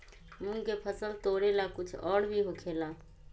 मूंग के फसल तोरेला कुछ और भी होखेला?